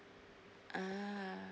ah